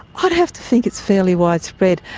i'd have to think it's fairly widespread.